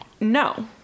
No